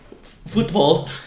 Football